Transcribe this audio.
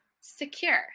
secure